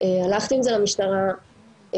הלכתי עם זה למשטרה,